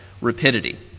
rapidity